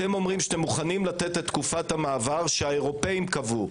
אתם אומרים שאתם מוכנים לתת את תקופת המעבר שהאירופאים קבעו.